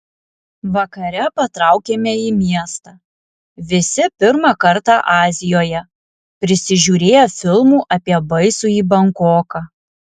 vakare patraukėme į miestą visi pirmą kartą azijoje prisižiūrėję filmų apie baisųjį bankoką